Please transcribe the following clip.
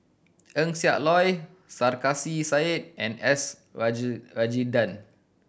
Eng Siak Loy Sarkasi Said and S Rajendran